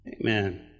Amen